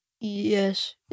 Yes